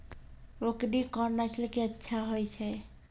बकरी कोन नस्ल के अच्छा होय छै?